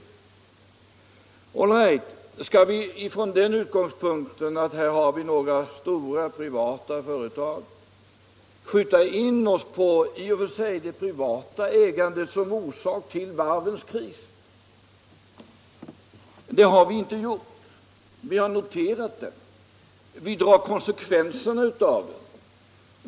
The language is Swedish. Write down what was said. Skall vi med utgångs = ning i Lövånger, punkt i några stora privata företag skjuta in oss på det privata ägandet — m.m. som orsak till varvens kris? Detta har vi inte gjort. Men vi har noterat det och drar konsekvenserna av det.